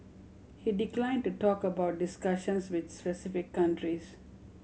he declined to talk about discussions with specific countries